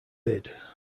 bid